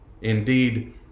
indeed